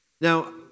Now